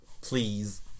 Please